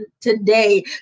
today